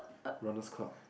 runner's club